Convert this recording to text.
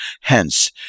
Hence